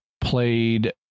played